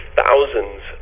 thousands